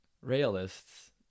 realists